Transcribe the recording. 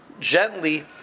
Gently